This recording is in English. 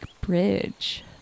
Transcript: bridge